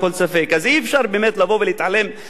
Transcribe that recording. אז אי-אפשר באמת לבוא ולהתעלם מכל העובדות